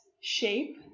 shape